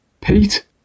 pete